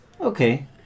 Okay